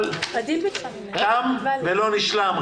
אבל תם ולא נשלם.